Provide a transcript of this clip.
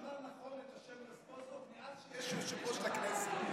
הגה נכון את השם "רזבוזוב" מאז שיש יושב-ראש לכנסת.